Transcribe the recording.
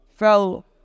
Fell